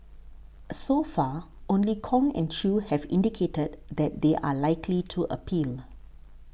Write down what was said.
so far only Kong and Chew have indicated that they are likely to appeal